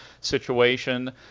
situation